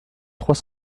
trois